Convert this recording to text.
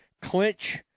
clinch